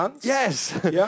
Yes